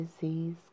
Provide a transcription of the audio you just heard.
Disease